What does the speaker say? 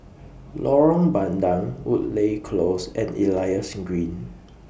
Lorong Bandang Woodleigh Close and Elias Green